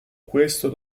questo